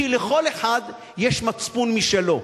כי לכל אחד יש מצפון משלו,